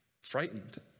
frightened